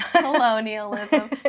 colonialism